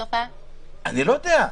אני לא יודע.